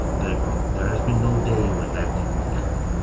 that there has been no day when that didn't happen.